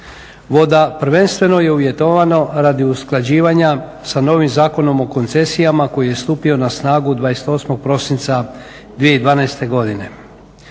voda prvenstveno je uvjetovano radi usklađivanja sa novim Zakonom o koncesijama koji je stupio na snagu 28. prosinca 2012. godine.